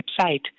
website